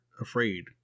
afraid